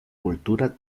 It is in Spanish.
cultura